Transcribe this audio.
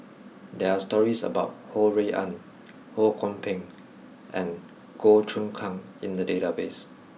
there are stories about Ho Rui An Ho Kwon Ping and Goh Choon Kang in the database